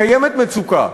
קיימת מצוקה.